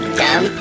dumb